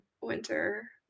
winter